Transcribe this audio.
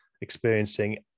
experiencing